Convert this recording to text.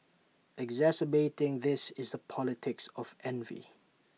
exacerbating this is the politics of envy